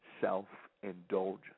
self-indulgence